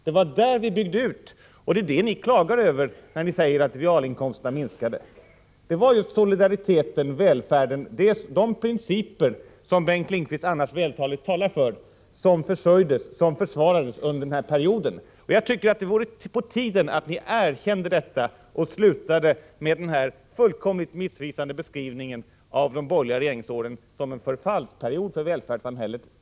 Det var där vi byggde ut, och det är det ni klagar över när ni säger att realinkomsterna minskade. Det var just solidariteten, välfärden, de principer som Bengt Lindqvist annars vältaligt talar för, som försvarades under den här perioden. Jag tycker att det vore på tiden att ni erkände detta och slutade med den fullkomligt missvisande beskrivningen av de borgerliga regeringsåren som en förfallsperiod för välfärdssamhället.